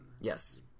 Yes